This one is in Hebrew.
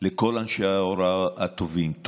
לכל אנשי ההוראה הטובים,